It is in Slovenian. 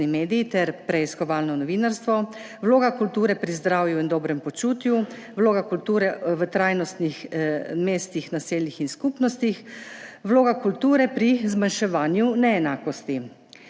mediji ter preiskovalno novinarstvo, vloga kulture pri zdravju in dobrem počutju, vloga kulture v trajnostnih mestih, naseljih in skupnostih, vloga kulture pri zmanjševanju neenakosti.